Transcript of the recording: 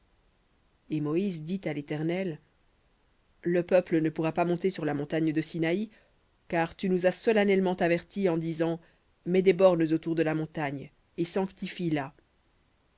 et moïse dit à l'éternel le peuple ne pourra pas monter sur la montagne de sinaï car tu nous as solennellement avertis en disant mets des bornes autour de la montagne et sanctifie la et